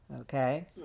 Okay